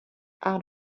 out